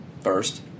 First